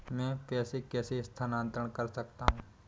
मैं पैसे कैसे स्थानांतरण कर सकता हूँ?